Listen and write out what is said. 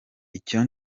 icyo